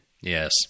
Yes